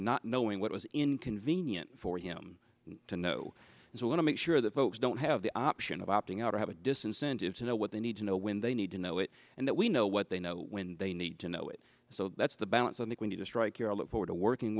not knowing what was inconvenient for him to know what to make sure that folks don't have the option of opting out or have a disincentive to know what they need to know when they need to know it and that we know what they know when they need to know it so that's the balance i think we need to strike here look forward to working